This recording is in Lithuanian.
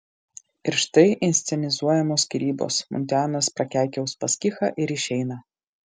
ir štai inscenizuojamos skyrybos muntianas prakeikia uspaskichą ir išeina